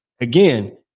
Again